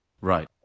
Right